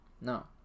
No